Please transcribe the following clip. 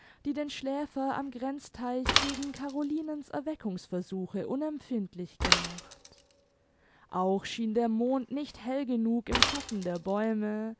die den schläfer am grenzteich gegen carolinens erweckungsversuche unempfindlich gemacht auch schien der mond nicht hell genug im schatten der bäume